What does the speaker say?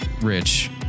Rich